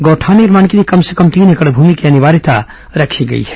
गौठान निर्माण के लिए कम से कम तीन एकड़ भूमि की अनिवार्यता रखी गई है